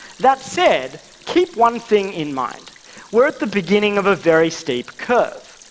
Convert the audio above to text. that said, keep one thing in mind we're at the beginning of a very steep curve.